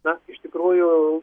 na iš tikrųjų